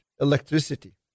electricity